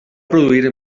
produir